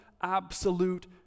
absolute